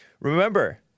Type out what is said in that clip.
Remember